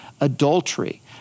adultery